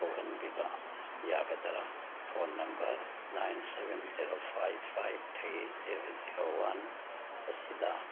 ꯀꯣꯛꯍꯟꯕꯤꯕ ꯌꯥꯒꯗ꯭ꯔꯥ phone number nine seven zero five five three zero zero one ꯑꯁꯤꯗ